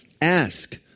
ask